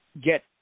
get